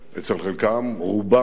אצל חלקם, רובם,